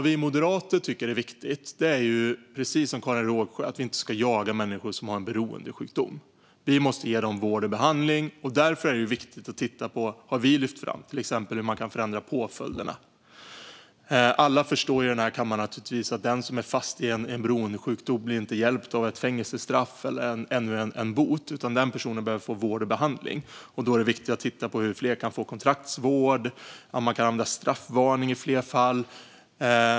Vi moderater tycker precis som Karin Rågsjö att man inte ska jaga människor som har en beroendesjukdom. De måste ges vård och behandling, och därför är det viktigt att titta på hur påföljderna kan förändras. Alla här förstår att den som är fast i en beroendesjukdom inte blir hjälpt av ett fängelsestraff eller ännu en bot, utan den personen behöver få vård och behandling. Därför är det viktigt att titta på hur fler kan få kontraktsvård och om man kan använda straffvarning i fler fall.